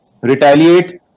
retaliate